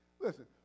Listen